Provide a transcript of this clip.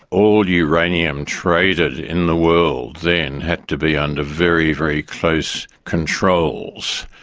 all uranium traded in the world then had to be under very, very close controls,